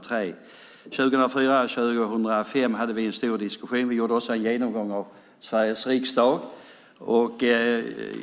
År 2004 och 2005 hade vi en stor diskussion. Vi gjorde också en genomgång av Sveriges riksdag.